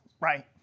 right